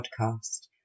podcast